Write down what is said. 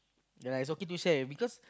ya lah it's okay to share because